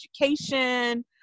education